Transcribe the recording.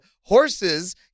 horses